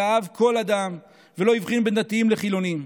שאהב כל אדם ולא הבחין בין דתיים לחילונים.